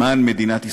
למען מדינת ישראל,